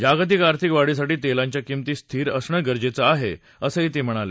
जागतिक आर्थिक वाढीसाठी तेलांच्या किमती स्थिर असणं गरजेचं आहे असंही ते म्हणाले